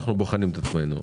אנחנו בוחנים את עצמנו.